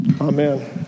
Amen